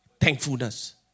Thankfulness